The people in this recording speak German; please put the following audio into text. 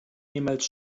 niemals